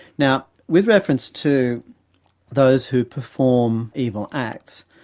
now, with reference to those who perform evil acts,